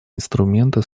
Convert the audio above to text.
инструменты